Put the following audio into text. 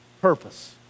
Purpose